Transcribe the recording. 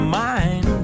mind